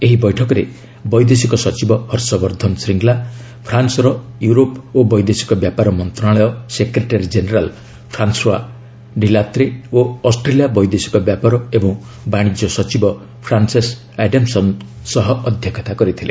ଏହି ବୈଠକରେ ବୈଦେଶିକ ସଚିବ ହର୍ଷବର୍ଦ୍ଧନ ଶ୍ରୀଙ୍ଗଲା ଫ୍ରାନ୍ସର ୟୁରୋପ ଓ ବୈଦେଶିକ ବ୍ୟାପାର ମନ୍ତ୍ରଣାଳୟ ସେକ୍ରେଟେରୀ ଜେନେରାଲ୍ ଫ୍ରାନ୍ସୁଆ ଡିଲାତ୍ରେ ଓ ଅଷ୍ଟ୍ରେଲିଆ ବୈଦେଶିକ ବ୍ୟାପାର ଏବଂ ବାଣିଜ୍ୟ ସଚିବ ଫ୍ରାନ୍ସେସ୍ ଆଡାମ୍ସନ୍ ସହ ଅଧ୍ୟକ୍ଷତା କରିଥିଲେ